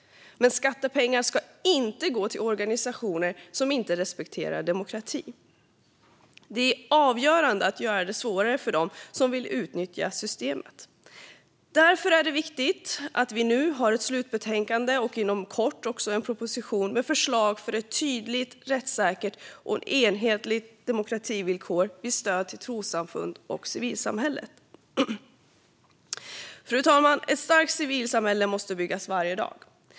Men skattepengar ska inte gå till organisationer som inte respekterar demokrati. Det är avgörande att göra det svårare för dem som vill utnyttja systemet. Därför är det viktigt att vi nu har ett slutbetänkande och inom kort också en proposition med förslag för ett tydligt, rättssäkert och enhetligt demokrativillkor vid stöd till trossamfund och civilsamhället. Fru talman! Ett starkt civilsamhälle måste byggas varje dag.